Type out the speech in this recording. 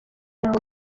n’aho